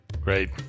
Great